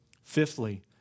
Fifthly